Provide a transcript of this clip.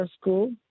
school